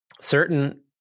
certain